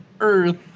earth